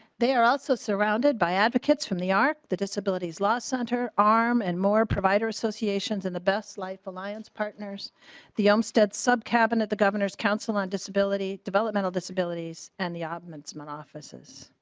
they also surrounded by advocates from the arc the disability law center arm and more providers associations in the best life alliance partners the onsted sub cabinet the governor's council on disability developmental disabilities and the um opponents not offices.